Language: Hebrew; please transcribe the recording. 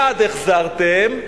אחד החזרתם,